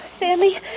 Sammy